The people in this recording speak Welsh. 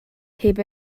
heb